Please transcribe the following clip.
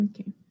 Okay